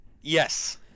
Yes